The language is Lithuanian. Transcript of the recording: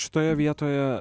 šitoje vietoje